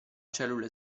cellule